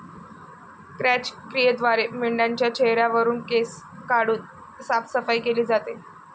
क्रॅच क्रियेद्वारे मेंढाच्या चेहऱ्यावरुन केस काढून साफसफाई केली जाते